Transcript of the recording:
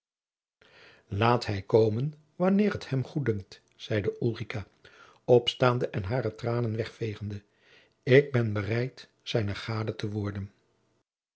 laat hij komen wanneer het hem goeddunkt zeide ulrica opstaande en hare tranen wegveegende ik ben bereid zijne gade te worden